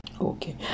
Okay